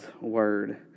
Word